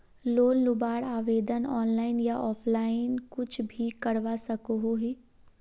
Loan लुबार आवेदन online या ऑफलाइन कुछ भी करवा सकोहो ही?